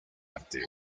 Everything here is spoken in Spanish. arte